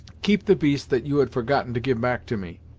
keep the beast that you had forgotten to give back to me,